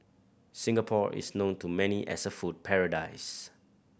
Singapore is known to many as a food paradise